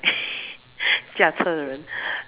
驾车人： jia che ren